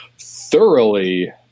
thoroughly